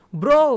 bro